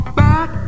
back